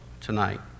tonight